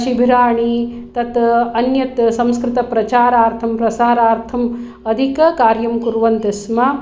शिबिराणि तत् अन्यत् संस्कृतप्रचारार्थं प्रसारार्थम् अधिककार्यं कुर्वन्ति स्म